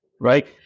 Right